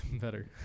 better